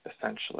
essentially